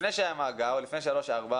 לפני שהיה מאגר לפי מה